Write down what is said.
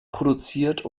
produziert